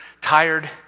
tired